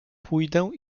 pójdę